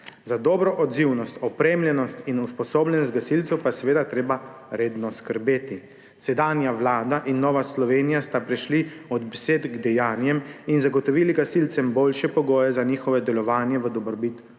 Za dobro odzivnost, opremljenost in usposobljenost gasilcev pa je seveda treba redno skrbeti. Sedanja vlada in Nova Slovenija sta prešli od besed k dejanjem in zagotovili gasilcem boljše pogoje za njihovo delovanje v dobrobit